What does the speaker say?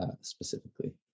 specifically